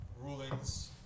rulings